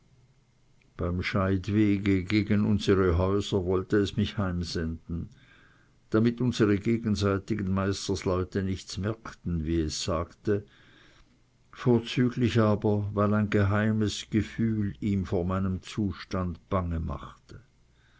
beim scheidewege gegen unsere häuser wollte es mich heimsenden damit unsere gegenseitigen meisterleute nichts merkten wie es sagte vorzüglich aber weil ein geheimes gefühl ihm vor meinem zustand bange machte